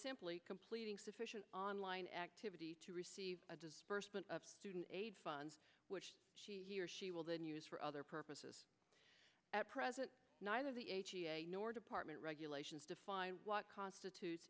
simply completing sufficient online activity to receive a disbursement of student aid funds which she or she will then use for other purposes at present neither the a nor department regulations define what constitutes